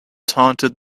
taunted